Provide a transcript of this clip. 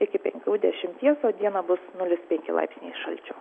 iki penkių dešimties o dieną bus nulis penki laipsniai šalčio